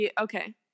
okay